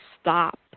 stop